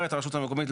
אומרת הרשות המקומית,